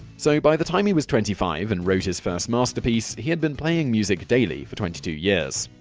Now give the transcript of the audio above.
so by the time he was twenty five and wrote his first masterpiece, he had been playing music daily for twenty two years.